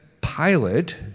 pilot